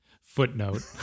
footnote